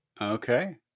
Okay